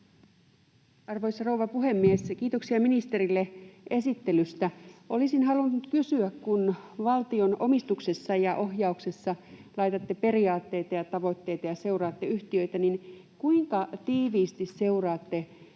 Arvoisa rouva puhemies! Kiitoksia ministerille esittelystä. Olisin halunnut kysyä: kun valtion omistuksessa ja ohjauksessa laitatte periaatteita ja tavoitteita ja seuraatte yhtiöitä, kuinka tiiviisti seuraatte yhtiöissä